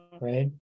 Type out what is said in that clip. right